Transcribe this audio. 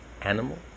animal